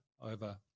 over